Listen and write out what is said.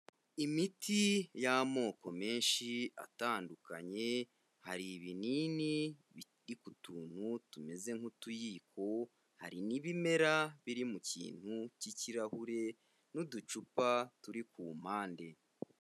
Imiti y'amoko menshi atandukanye, hari ibinini, biri ku tuntu tumeze nk'utuyiko, hari n'ibimera biri mu kintu cy'ikirahure, n'uducupa turi ku mpande.